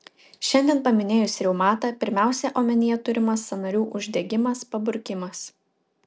šiandien paminėjus reumatą pirmiausia omenyje turimas sąnarių uždegimas paburkimas